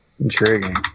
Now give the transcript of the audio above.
Intriguing